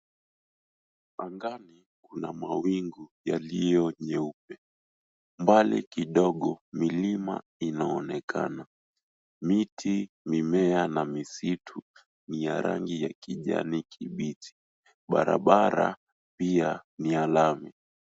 Angani kuna mawingu yaliyo nyeupe, mbali kidogo milima inaonekana, miti, mimea na misitu ni ya rangi ya kijani kibichi. Barabara pia ni ya lami.